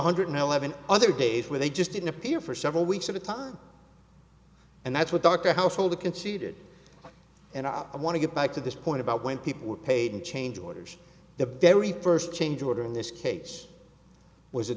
hundred eleven other days where they just didn't appear for several weeks at a time and that's what dr householder conceded and i want to get back to this point about when people were paid in change orders the very first change order in this case was a